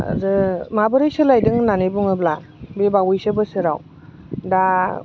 आरो माबोरै सोलायदों होननानै बुङोब्ला बे बावैसो बोसोराव दा